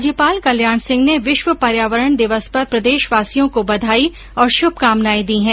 राज्यपाल कल्याण सिंह ने विश्व पर्यावरण दिवस पर प्रदेशवासियों को बधाई और शुभकामनाए दी है